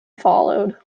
followed